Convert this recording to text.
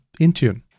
Intune